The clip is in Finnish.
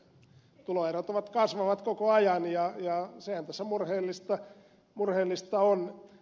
tuloerot kasvavat koko ajan ja sehän tässä murheellista on